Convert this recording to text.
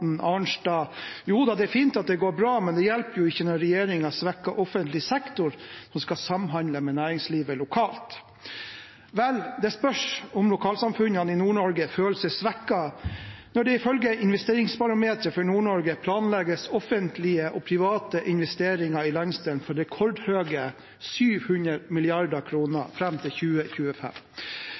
representanten Arnstad: Jo da, det er fint at det går bra, men det hjelper jo ikke når regjeringen svekker offentlig sektor som skal samhandle med næringslivet lokalt. Vel, det spørs om lokalsamfunnene i Nord-Norge føler seg svekket når det ifølge investeringsbarometeret for Nord-Norge planlegges offentlige og private investeringer i landsdelen for rekordhøye 700 mrd. kr fram mot 2025.